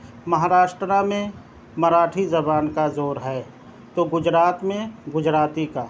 مہاراشٹرا میں مراٹھی زبان کا زور ہے تو گجرات میں گجراتی کا